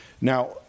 now